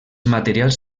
materials